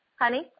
Honey